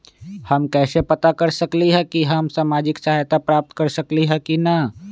हम कैसे पता कर सकली ह की हम सामाजिक सहायता प्राप्त कर सकली ह की न?